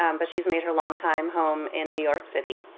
um but she's made her long-time home in new york city.